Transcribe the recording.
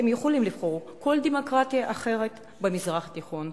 אתם יכולים לבחור כל דמוקרטיה אחרת במזרח התיכון.